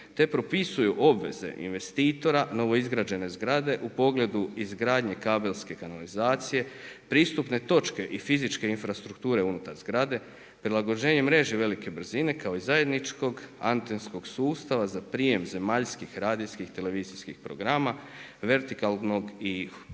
te propisuju obveze investitora novoizgrađene zgrade u pogledu izgradnje kabelske kanalizacije, pristupne točke i fizičke infrastrukture unutar zgrade, prilagođenje mreže velike brzine kao i zajedničkog antenskog sustava za prijem zemaljskih radijskih televizijskih programa vertikalnog i